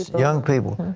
young people.